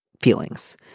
feelings